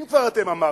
אם כבר אתם אמרתם,